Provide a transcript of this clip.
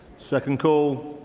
second call,